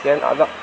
ஏன்னால் அதுதான்